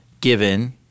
given